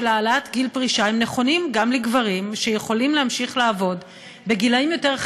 העלאת גיל פרישה הם נכונים גם לגברים שיכולים להמשיך לעבוד בגילאים יותר,